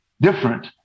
different